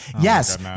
Yes